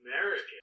American